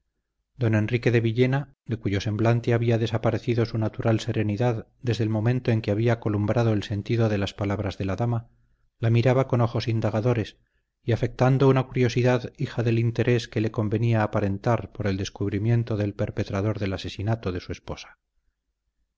de villena de cuyo semblante había desaparecido su natural serenidad desde el momento en que había columbrado el sentido de las palabras de la dama la miraba con ojos indagadores y afectando una curiosidad hija del interés que le convenía aparentar por el descubrimiento del perpetrador del asesinato de su esposa